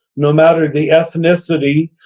no matter the ethnicity,